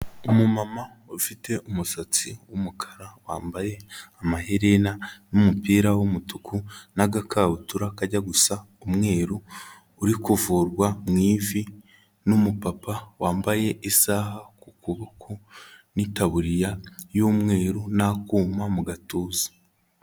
Umumama ufite umusatsi w'umukara, wambaye amaherena n'umupira w'umutuku n'agakabutura kajya gusa umweru, uri kuvurwa mu ivi n'umupapa wambaye isaha ku kuboko n'itabuririya y'umweru n'akuma mu gatuza.